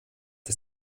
des